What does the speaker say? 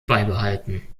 beibehalten